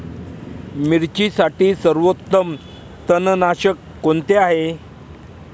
मिरचीसाठी सर्वोत्तम तणनाशक कोणते आहे?